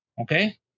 okay